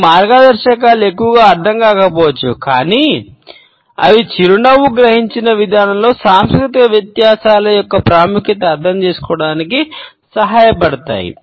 ఈ మార్గదర్శకాలు ఎక్కువగా అర్థం కాకపోవచ్చు కానీ అవి చిరునవ్వు గ్రహించిన విధానంలో సాంస్కృతిక వ్యత్యాసాల యొక్క ప్రాముఖ్యత అర్థం చేసుకోవడానికి సహాయపడతాయి